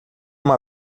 uma